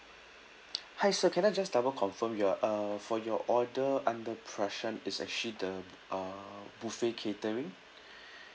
hi sir can I just double confirm your uh for your order under prashan is actually the uh buffet catering